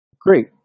Great